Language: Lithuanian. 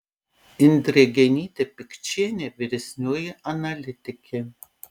indrė genytė pikčienė vyresnioji analitikė